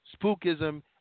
spookism